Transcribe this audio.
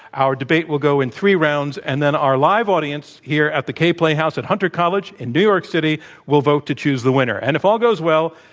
our debate will go in three rounds, and then our live audience here at the kaye play house at hunter college in new york city will vote to choose the winner. and if all goes well,